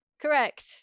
Correct